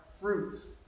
fruits